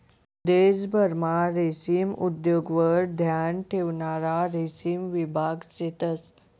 देशभरमा रेशीम उद्योगवर ध्यान ठेवणारा रेशीम विभाग शेतंस